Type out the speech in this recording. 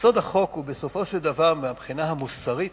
יסוד החוק הוא, בסופו של דבר, מהבחינה המוסרית,